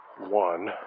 one